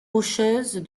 rocheuses